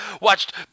watched